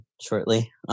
shortly